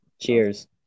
cheers